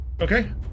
Okay